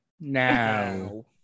Now